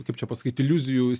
kaip čia pasakyt iliuzijų jis